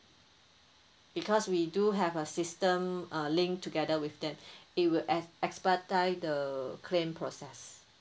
because we do have a system uh linked together with them it will ex~ expedite the claim process